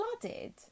Flooded